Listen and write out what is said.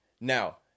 Now